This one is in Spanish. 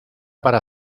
para